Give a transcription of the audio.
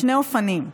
בשני אופנים: